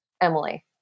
Emily